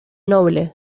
noble